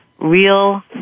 real